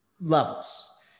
levels